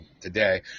today